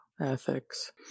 ethics